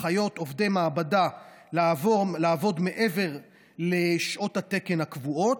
אחיות ועובדי מעבדה לעבוד מעבר לשעות התקן הקבועות.